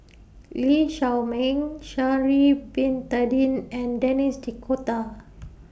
Lee Shao Meng Sha'Ari Bin Tadin and Denis D'Cotta